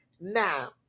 now